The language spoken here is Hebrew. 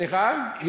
סליחה?